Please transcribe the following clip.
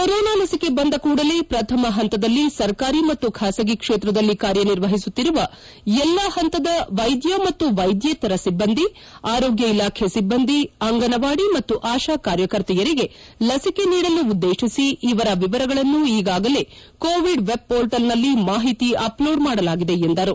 corona ಲಸಿಕೆ ಬಂದ ಕೂಡಲೇ ಪ್ರಥಮ ಪಂತದಲ್ಲಿ ಸರ್ಕಾರಿ ಮತ್ತು ಖಾಸಗಿ ಕ್ಷೇತ್ರದಲ್ಲಿ ಕಾರ್ಯನಿರ್ವಹಿಸುತ್ತಿರುವ ಎಲ್ಲಾ ಹಂತದ ವೈದ್ಯ ಮತ್ತು ವೈದ್ಯೇತರ ಸಿಬ್ಬಂದಿ ಆರೋಗ್ಯ ಇಲಾಖೆ ಸಿಬ್ಬಂದಿ ಅಂಗನವಾಡಿ ಮತ್ತು ಆಶಾ ಕಾರ್ಯಕರ್ತೆಯರಿಗೆ ಲಸಿಕೆ ನೀಡಲು ಉದ್ಲೇತಿಸಿ ಇವರ ವಿವರವನ್ನು ಈಗಾಗಲೇ ಕೋವಿಡ್ ವೆಬ್ ಪೋರ್ಟಲ್ ನಲ್ಲಿ ಮಾಹಿತಿ ಅಪಲೋಡ್ ಮಾಡಲಾಗಿದೆ ಎಂದರು